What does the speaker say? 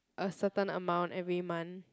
a certain amount every month